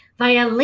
via